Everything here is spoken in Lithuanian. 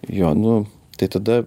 jo nu tai tada